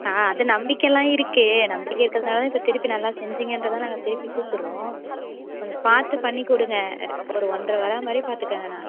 ஆ அது நம்பிக்கைலாம் இருக்கு நம்பிக்கை இருக்கிறதுனால தானே இப்போ திருப்பி நல்லா செஞ்சிங்கன்ட்டு தான் நாங்கள் திருப்பி கூப்பிறோம் கொஞ்சம் பார்த்து பண்ணி கொடுங்க ஒரு ஒன்றை வர மாதிரி பார்த்துக்கோங்கண்ணா